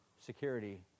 security